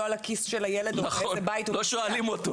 על הכיס של הילד ובאיזה בית הוא נמצא,